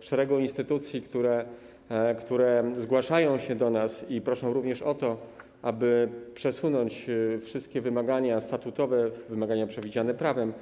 szeregu instytucji, które zgłaszają się do nas i proszą również o to, aby przesunąć wszystkie wymagania statutowe, wymagania przewidziane prawem.